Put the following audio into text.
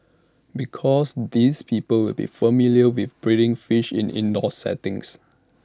because these people will be familiar with breeding fish in the indoor setting